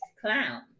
clown